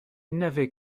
n’avait